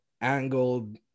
angled